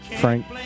Frank